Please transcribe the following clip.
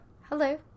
Hello